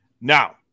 Now